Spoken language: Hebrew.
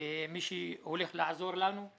ומי שהולך לעזור לנו,